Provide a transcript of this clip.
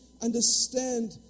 understand